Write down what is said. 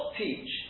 teach